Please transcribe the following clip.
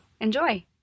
Enjoy